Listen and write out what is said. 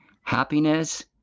happiness